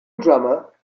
drummer